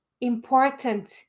important